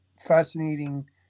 fascinating